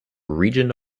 region